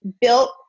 built